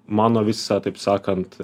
mano visa taip sakant